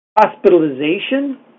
Hospitalization